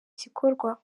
gikorwa